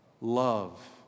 Love